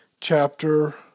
chapter